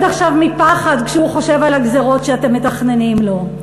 עכשיו מפחד כשהוא חושב על הגזירות שאתם מתכננים לו.